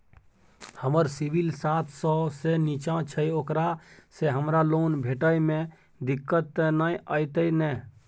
हमर सिबिल सात सौ से निचा छै ओकरा से हमरा लोन भेटय में दिक्कत त नय अयतै ने?